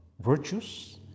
virtues